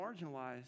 marginalized